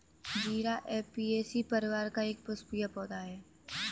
जीरा ऍपियेशी परिवार का एक पुष्पीय पौधा है